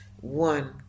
one